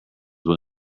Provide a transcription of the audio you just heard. will